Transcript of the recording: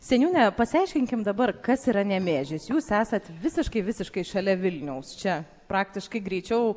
seniūne pasiaiškinkim dabar kas yra nemėžis jūs esat visiškai visiškai šalia vilniaus čia praktiškai greičiau